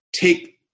take